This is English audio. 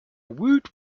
woot